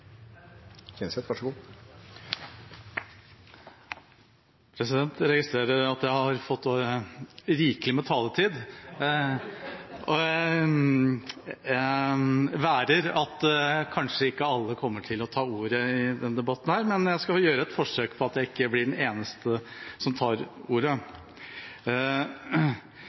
Jeg registrerer at jeg har fått rikelig med taletid. Jeg værer at kanskje ikke alle kommer til å ta ordet i denne debatten, men jeg skal gjøre et forsøk på å ikke bli den siste som tar ordet.